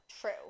True